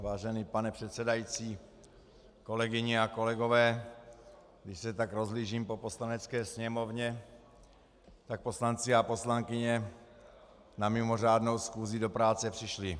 Vážený pane předsedající, kolegyně a kolegové, když se tak rozhlížím po Poslanecké sněmovně, tak poslanci a poslankyně na mimořádnou schůzi do práce přišli.